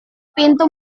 pintu